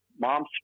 mom's